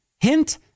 Hint